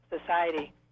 society